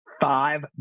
five